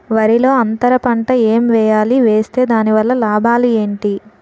వరిలో అంతర పంట ఎం వేయాలి? వేస్తే దాని వల్ల లాభాలు ఏంటి?